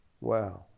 Wow